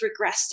regressed